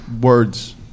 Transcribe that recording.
words